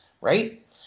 right